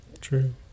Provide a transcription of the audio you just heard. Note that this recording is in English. True